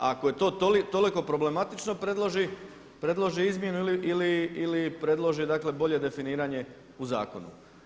A ako je to toliko problematično predloži izmjenu ili predloži, dakle bolje definiranje u zakonu.